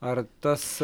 ar tas